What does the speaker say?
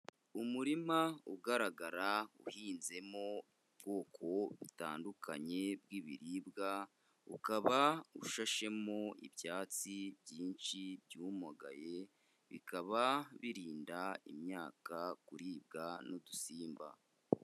Umurima ugaragara uhinzemo ubwoko butandukanye bw'ibiribwa, ukaba ushashemo ibyatsi byinshi byumagaye, bikaba birinda imyaka kuribwa n'udusimba.